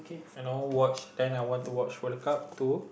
you know watch then I want to watch World Cup two